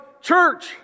church